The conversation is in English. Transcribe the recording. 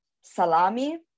salami